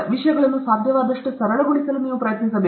ವಿಷಯಗಳನ್ನು ಸಾಧ್ಯವಾದಷ್ಟು ಸರಳಗೊಳಿಸಲು ನೀವು ಪ್ರಯತ್ನಿಸಬೇಕು